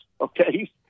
okay